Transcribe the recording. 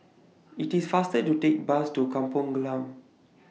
IT IS faster to Take Bus to Kampong Glam